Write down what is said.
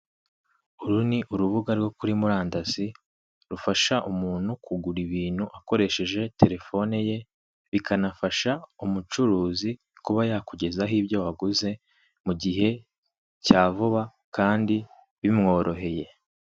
Uru ni urubuga rwo kuri murandasi rufasha umuntu kugura ibintu akoresheje telefone ye, bikanafasha umucuruzi kuba yakugezaho ibyo waguze mu gihe cya vuba kandi bimworoheye.